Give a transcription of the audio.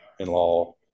in-law